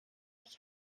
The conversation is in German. ich